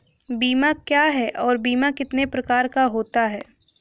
बीमा क्या है और बीमा कितने प्रकार का होता है?